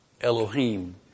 Elohim